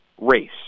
race